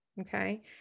okay